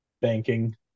banking